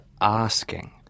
asking